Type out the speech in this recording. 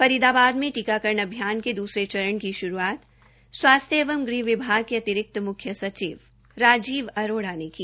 फरीदाबाद में टीकाकरण अभियान के दस्रे चरण में श्रूआत स्वास्थ्य एवं गृह विभाग के अतिरिक मुख्यसचिव राजीव अरोड़ा ने की